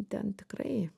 ten tikrai